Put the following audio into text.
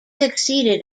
exceeded